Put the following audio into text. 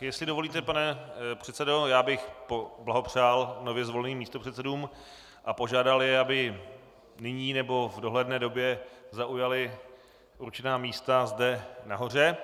Jestli dovolíte, pane předsedo, já bych poblahopřál nově zvoleným místopředsedům a požádal je, aby nyní nebo v dohledné době zaujali určená místa zde nahoře.